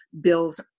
bills